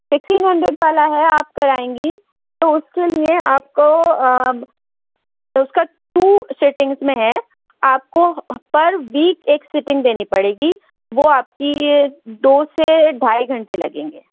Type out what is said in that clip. sixteen hundred پہلا ہے آپ کرائیں گی تو اس کے لئے آپ کو اس کا ٹو سیٹنگس میں ہے آپ کو پر ویک ایک سیٹنگ دینی پڑے گی وہ آپ کی دو سے ڈھائی گھنٹے لگیں گے